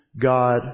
God